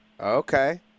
Okay